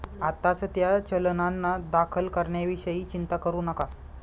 आत्ताच त्या चलनांना दाखल करण्याविषयी चिंता करू नका